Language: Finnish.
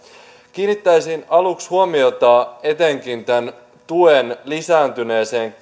kiinnittäisin aluksi huomiota etenkin tämän tuen lisääntyneeseen